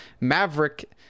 Maverick